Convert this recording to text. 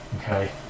okay